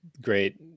Great